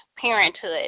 parenthood